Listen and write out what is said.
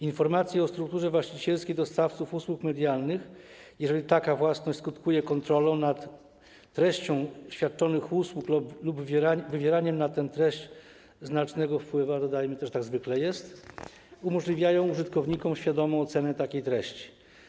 Informacje o strukturze właścicielskiej dostawców usług medialnych, jeżeli taka własność skutkuje kontrolą nad treścią świadczonych usług lub wywieraniem na tę treść znacznego wpływu - a dodajmy też, że tak zwykle jest - umożliwiają użytkownikom świadomą ocenę takiej treści.